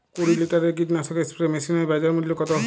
কুরি লিটারের কীটনাশক স্প্রে মেশিনের বাজার মূল্য কতো?